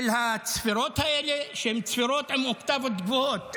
של הצפירות האלה, שהן צפירות עם אוקטבות גבוהות?